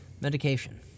Medication